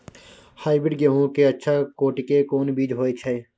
Hybrid गेहूं के अच्छा कोटि के कोन बीज होय छै?